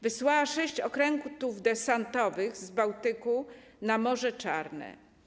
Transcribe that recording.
Wysłała sześć okrętów desantowych z Bałtyku na Morze Czarne.